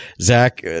Zach